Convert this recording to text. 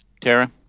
Tara